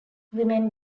women